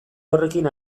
horrekin